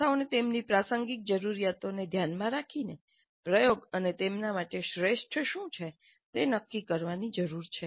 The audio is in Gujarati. સંસ્થાઓને તેમની પ્રસંગિક જરૂરિયાતોને ધ્યાનમાં રાખીને પ્રયોગ અને તેમના માટે શ્રેષ્ઠ શું છે તે નક્કી કરવાની જરૂર છે